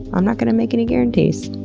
i'm not gonna make any guarantees.